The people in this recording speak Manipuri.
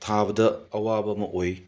ꯊꯥꯕꯗ ꯑꯋꯥꯕ ꯑꯃ ꯑꯣꯏ